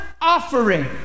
offering